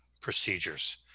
procedures